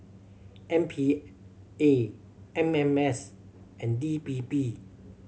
M P A M M S and D P P